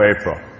April